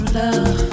love